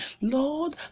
Lord